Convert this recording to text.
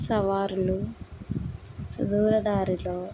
సవారులు సుదూర దారిలో